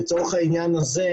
לצורך העניין הזה,